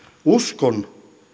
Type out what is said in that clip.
uskon